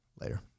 Later